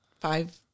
five